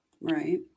Right